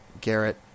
Garrett